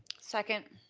second.